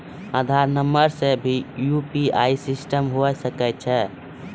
आधार नंबर से भी यु.पी.आई सिस्टम होय सकैय छै?